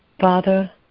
Father